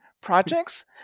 projects